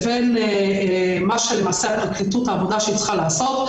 לבין העבודה שהפרקליטות צריכה לעשות,